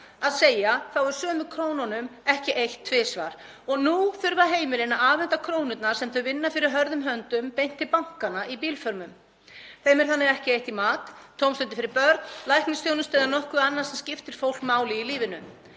að segja þá er sömu krónunum ekki eytt tvisvar. Nú þurfa heimilin að afhenda krónurnar sem þau vinna fyrir hörðum höndum beint til bankanna í bílförmum. Þeim er þannig ekki eytt í mat, tómstundir fyrir börn, læknisþjónustu eða nokkuð annað sem skiptir fólk máli í lífinu.